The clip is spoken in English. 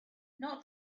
not